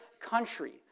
country